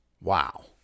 wow